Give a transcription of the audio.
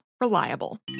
reliable